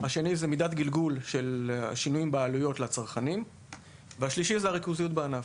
מידת גלגול של שינויים בעלויות לצרכנים והריכוזיות בענף.